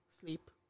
sleep